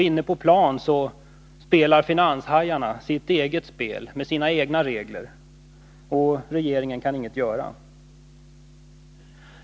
Inne på plan spelar finanshajarna sitt eget spel med sina egna regler, och regeringen kan inget göra.